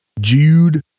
Jude